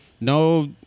No